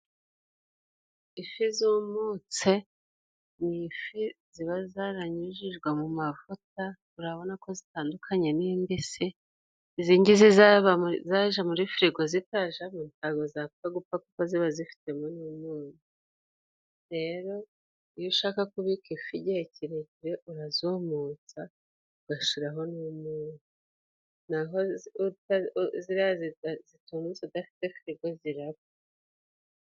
Ifi zumutse ni ifi ziba zaranyujijwe mu mavuta, urabona ko zitandukanye n'imbisi, izingizi zaja muri firigo zitajamo ntago zapfa gupfa kuko ziba zifitemo n'umunyu. Rero iyo ushaka kubika ifi igihe kirekire urazumutsa, ugashiraho n'umunyu. naho ziriya zitumutse udafite firigo zirapfa.